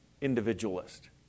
individualist